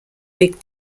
big